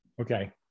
Okay